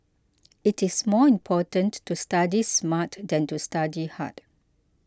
it is more important to study smart than to study hard